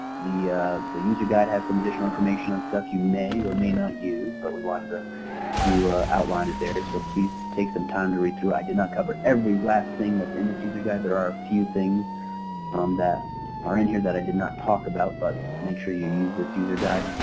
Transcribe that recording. the the user guide has some additional information on stuff you may or may not use, but we wanted to to outline it there, so please take some time to read through. i did not cover every last thing that's in this user guide. there are a few things um that are in here that i did not talk about, but make sure you use this user guide.